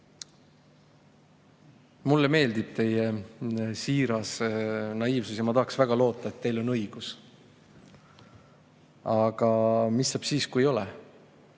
Mulle meeldib teie siiras naiivsus ja ma tahaks väga loota, et teil on õigus. Aga mis saab siis, kui ei ole?